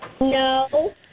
No